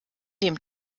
dem